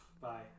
bye